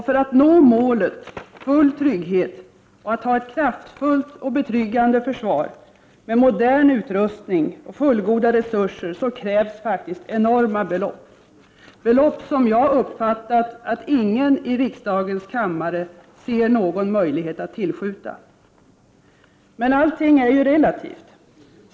För att nå målet att känna full trygghet och att ha ett kraftfullt och betryggande försvar med modern utrustning och fullgoda resurser krävs enorma belopp, belopp som jag har uppfattat att ingen i riksdagens kammare ser någon möjlighet att tillskjuta. Men allting är ju relativt.